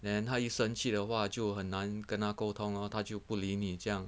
then 他一生气的话就很难跟他沟通 lor 他就不理你这样